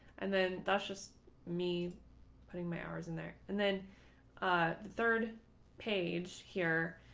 and then that's just me putting my hours in there and then the third page here,